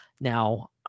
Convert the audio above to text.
Now